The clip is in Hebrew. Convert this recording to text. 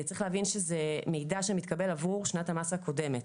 צריך להבין שזה מידע שמתקבל עבור שנת המס הקודמת.